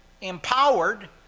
empowered